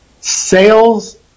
sales